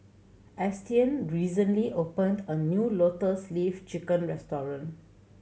Austyn recently opened a new Lotus Leaf Chicken restaurant